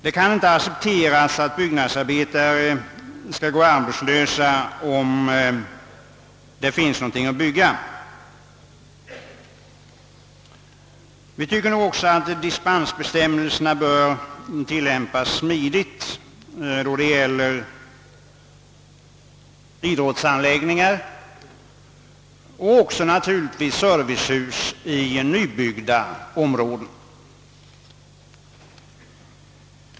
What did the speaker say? Det kan inte accepteras att byggnadsarbetare skall gå arbetslösa, om det finns någonting att bygga. Vi tycker också att dispensbestämmelserna bör tillämpas smidigt när det gäller idrottsanläggningar och naturligtvis även i fråga om servicehus i nybyggda områden.